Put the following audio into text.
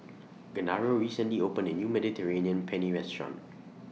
Genaro recently opened A New Mediterranean Penne Restaurant